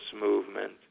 movement